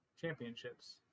championships